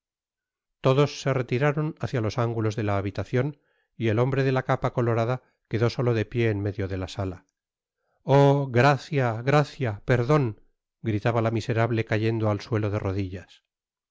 todos se retiraron hácia los ángulos de la habitacion y el hombre de la capa colorada quedó solo de pié en medio de la sala oh graoia gracia perdon gritaba la miserable cayendo al suelo de rodillas